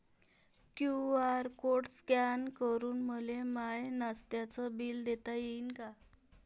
QR code scan करून मले माय नास्त्याच बिल देता येईन का?